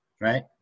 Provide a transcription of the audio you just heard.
right